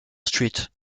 street